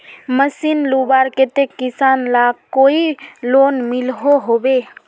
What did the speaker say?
Machine लुबार केते किसान लाक कोई लोन मिलोहो होबे?